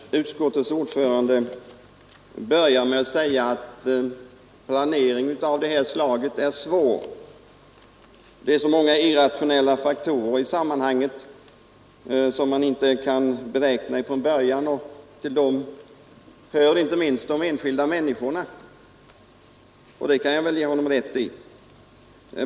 Herr talman! Utskottets ordförande började med att säga att planering av detta slag är svår; det är så många irrationella faktorer i sammanhanget som man inte kan räkna med från början, och till dem hör inte minst de enskilda människorna. Det kan jag ge honom rätt i.